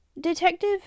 Detective